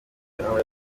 aho